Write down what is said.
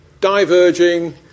diverging